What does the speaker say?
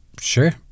Sure